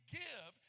give